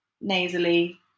nasally